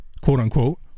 quote-unquote